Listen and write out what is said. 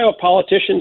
politicians